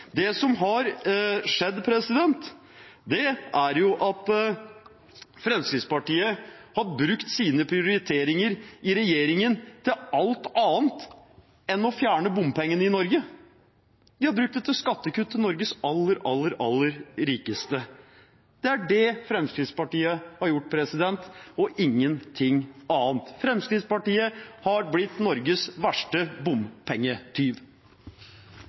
Det som har skjedd, er at Fremskrittspartiet har brukt sine prioriteringer i regjeringen til alt annet enn å fjerne bompengene i Norge. De har brukt dem til skattekutt til Norges aller, aller rikeste. Det er det Fremskrittspartiet har gjort – ingenting annet. Fremskrittspartiet har blitt Norges verste bompengetyv.